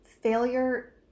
failure